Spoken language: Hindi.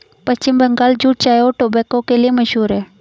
पश्चिम बंगाल जूट चाय और टोबैको के लिए भी मशहूर है